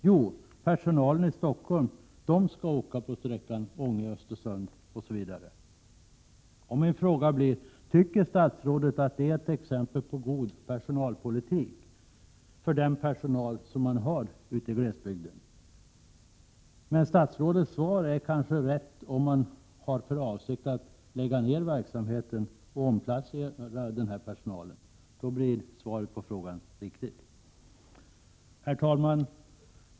Jo, personalen i Stockholm skall åka på sträckan Ånge-Östersund, osv. Min fråga blir: Tycker statsrådet att det är ett exempel på god personalpolitik gentemot den personal man har ute i glesbygden? Men statsrådets svar är kanske rätt om man har för avsikt att lägga ned verksamheten och omplacera denna personal. Då blir svaret på frågan riktigt. Herr talman!